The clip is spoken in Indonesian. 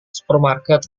supermarket